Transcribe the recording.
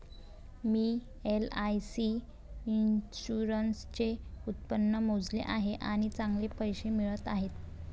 मी LIC इन्शुरन्सचे उत्पन्न मोजले आहे आणि चांगले पैसे मिळत आहेत